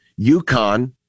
UConn